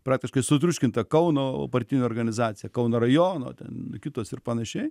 praktiškai sutriuškinta kauno partinė organizacija kauno rajono ten kitos ir panašiai